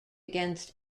against